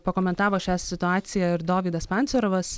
pakomentavo šią situaciją ir dovydas pancerovas